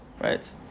right